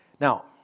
Now